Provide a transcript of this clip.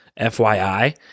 FYI